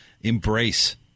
embrace